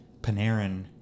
panarin